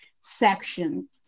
section